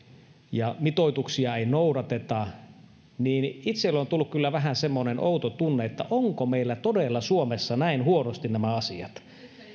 ja mitoituksia ei noudateta niin itselle on tullut kyllä vähän semmoinen outo tunne että onko meillä todella suomessa näin huonosti nämä asiat